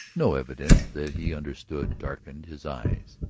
no evidence that he understood darkened his eyes.